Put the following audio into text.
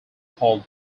called